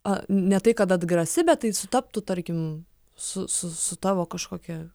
a ne tai kad atgrasi bet tai sutaptų tarkim su su su tavo kažkokia